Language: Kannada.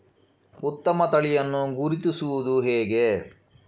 ಉತ್ತಮ ತಳಿಯನ್ನು ಗುರುತಿಸುವುದು ಹೇಗೆ?